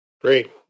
Great